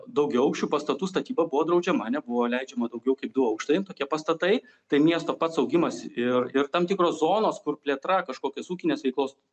daugiaaukščių pastatų statyba buvo draudžiama nebuvo leidžiama daugiau kaip du aukštai tokie pastatai tai miesto pats augimas ir ir tam tikros zonos kur plėtra kažkokios ūkinės veiklos